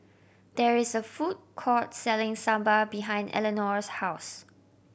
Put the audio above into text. there is a food court selling Sambar behind Eleonore's house